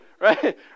right